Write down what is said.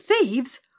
thieves